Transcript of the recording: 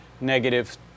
negative